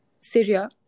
Syria